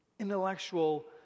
intellectual